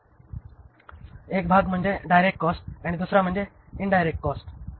1 भाग direct cost आणि दुसरा भाग इन्डायरेक्ट कॉस्ट आहे